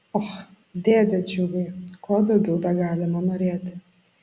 och dėde džiugai ko daugiau begalima norėti